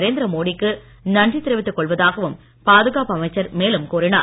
நரேந்திர மோடிக்கு நன்றி தெரிவித்துக் கொள்வதாகவும் பாதுகாப்பு அமைச்சர் மேலும் கூறினார்